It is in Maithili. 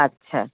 अच्छा